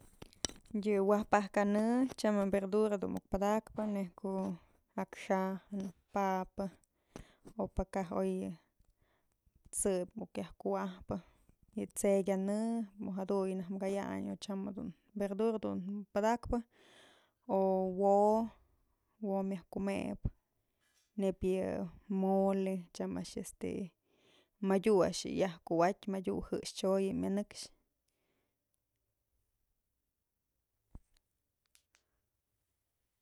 Yë waj pak kanë tyam je'e verdura dun muk padakpë nëj ko'o akxajën, papa, o pë kaj oy yë t'sëp muk yaj kuwa'ajpë y t'sey kyanë jaduyë najk kayayn tyam jedun verdura dun muk padakpë o wo'o, wo'o myaj kumëp neyb yë mole tyam a'ax este madyu a'ax yë yaj kuwa'atyë madyu jëxchyoy yë myanëkxë.